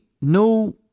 no